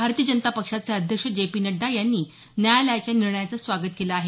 भारतीय जनता पक्षाचे अध्यक्ष जे पी नड्डा यांनी न्यायालयाच्या निर्णयाचं स्वागत केलं आहे